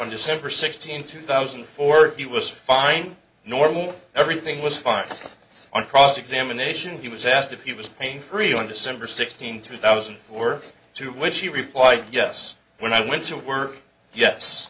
on december sixteenth two thousand and four he was fine normal everything was fine on cross examination he was asked if he was pain free on december sixteenth two thousand were to which he replied yes when i went to work yes